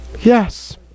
yes